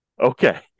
Okay